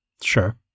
Sure